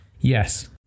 Yes